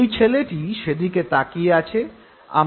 এই ছেলেটি সেদিকে তাকিয়ে আছে